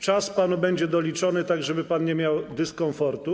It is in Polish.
Czas panu będzie doliczony tak, żeby pan nie miał dyskomfortu.